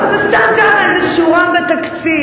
אבל זה סתם כך איזו שורה בתקציב.